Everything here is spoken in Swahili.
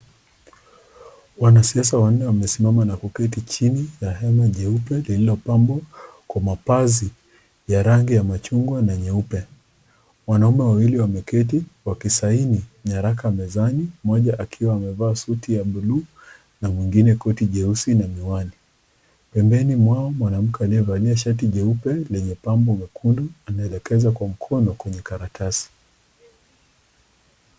Wanasiasa wanne wamesimama na kuketi chini ya hema jeupe lililopambwa kwa mavazi ya rangi ya machungwa na nyeupe. Wanaume wawili wameketi wakisaini nyaraka mezani, moja akiwa amevaa suti ya buluu mwingine koti jeusi na miwani. Pembeni mwao mwanamke aliyevalia shati jeupe lenye pambo mwekundu anaelekeza kwa mkono kwenye karatasi.